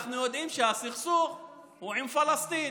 אנחנו יודעים שהסכסוך הוא עם פלסטין,